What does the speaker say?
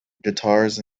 guitars